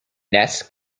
nests